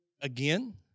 again